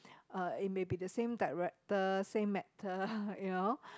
uh it may be the same director same matter you know